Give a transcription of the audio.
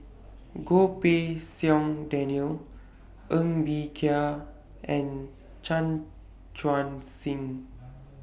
Goh Pei Siong Daniel Ng Bee Kia and Chan Chuan Sing